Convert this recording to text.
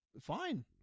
fine